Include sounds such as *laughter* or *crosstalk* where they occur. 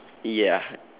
*noise* ya